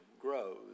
grows